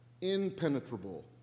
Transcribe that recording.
impenetrable